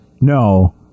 no